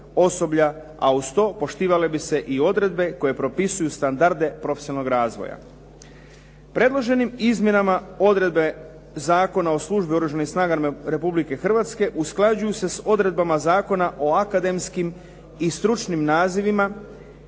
osoblja, a uz to poštivale bi se i odredbe koje propisuju standarde profesionalnog razvoja. Predloženim izmjenama odredbe Zakona o službi u Oružanim snagama Republike Hrvatske usklađuju se s odredbama Zakona o akademskim i stručnim nazivima